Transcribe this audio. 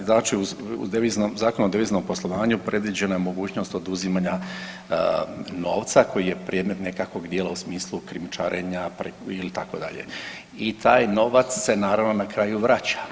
Znači u Zakonu o deviznom poslovanju predviđena je mogućnost oduzimanja novca koji je predmet nekakvog djela u smislu krijumčarenja ili itd. i taj novac se naravno na kraju vraća.